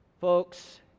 Folks